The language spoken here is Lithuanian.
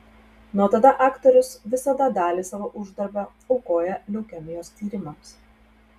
nuo tada aktorius visada dalį savo uždarbio aukoja leukemijos tyrimams